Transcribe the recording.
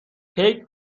کیک